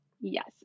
Yes